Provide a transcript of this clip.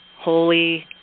holy